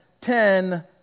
ten